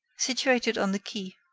situated on the quai.